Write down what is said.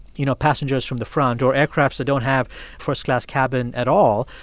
you know, passengers from the front or aircrafts that don't have first-class cabin at all,